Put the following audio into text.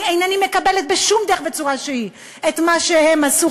אני אינני מקבלת בשום דרך וצורה שהיא את מה שהם עשו,